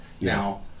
Now